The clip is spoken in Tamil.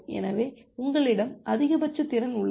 எனவே உங்களிடம் அதிகபட்ச திறன் உள்ளது